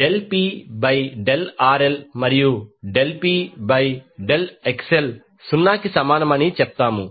del P by del RL మరియు del P by del XL 0 కి సమానం అని చెప్పాము